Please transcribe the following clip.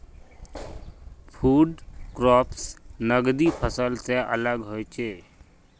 food crops नगदी फसल से अलग होचे